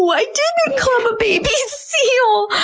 i didn't club a baby seal!